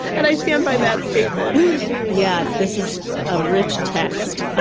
and i stand by that statement yet this is a rich text, ah